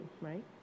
right